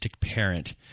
parent